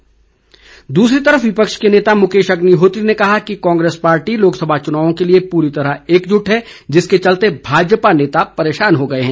अग्निहोत्री दूसरी विपक्ष के नेता मुकेश अग्निहोत्री ने कहा है कि कांग्रेस पार्टी लोकसभा चुनाव के लिए पूरी तरह एकजुट है जिसके चलते भाजपा नेता परेशान हो गए हैं